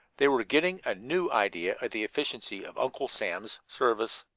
they were getting a new idea of the efficiency of uncle sam's service.